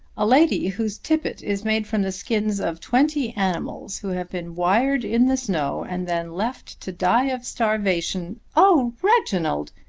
a lady whose tippet is made from the skins of twenty animals who have been wired in the snow and then left to die of starvation oh, reginald!